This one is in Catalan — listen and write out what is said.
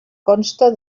consta